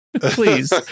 Please